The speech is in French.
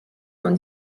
dans